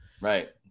Right